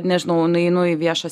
nežinau nueinu į viešas